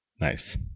Nice